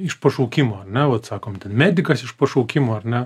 iš pašaukimo ne vat sakom ten medikas iš pašaukimo ar ne